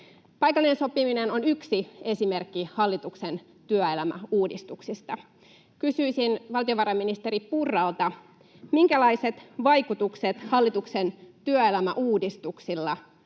Paikallinen sopiminen on yksi esimerkki hallituksen työelämäuudistuksista. Kysyisin valtiovarainministeri Purralta: minkälaiset vaikutukset hallituksen työelämäuudistuksilla